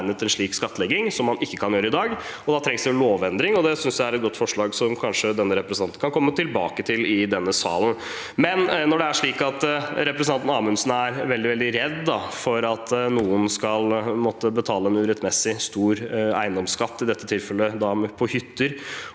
en slik skattlegging, som man ikke kan gjøre i dag. Da trengs det en lovendring, og det synes jeg er et godt forslag, som kanskje denne representanten kan komme tilbake til i denne salen. Når det er slik at representanten Amundsen er veldig, veldig redd for at noen skal måtte betale en urettmessig stor eiendomsskatt, i dette tilfellet på hytter